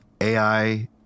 AI